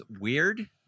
weird